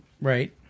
Right